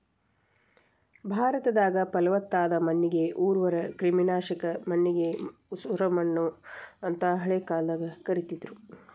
ಭಾರತದಾಗ, ಪಲವತ್ತಾದ ಮಣ್ಣಿಗೆ ಉರ್ವರ, ಕ್ರಿಮಿನಾಶಕ ಮಣ್ಣಿಗೆ ಉಸರಮಣ್ಣು ಅಂತ ಹಳೆ ಕಾಲದಾಗ ಕರೇತಿದ್ರು